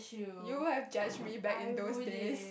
you have judged me back in those days